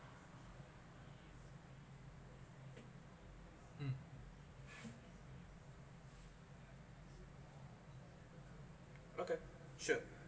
mm okay sure